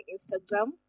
Instagram